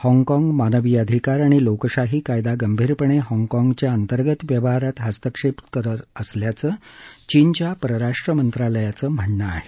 हाँगकाँग मानवी अधिकार आणि लोकशाही कायदा गंभीरपणे हाँगकाँगच्या अंतर्गत व्यवहारात हस्तक्षेप करत असल्याचं चीनच्या परराष्ट्र मंत्रालयाचं म्हणणं आहे